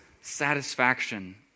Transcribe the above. satisfaction